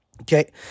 Okay